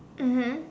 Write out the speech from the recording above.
mmhmm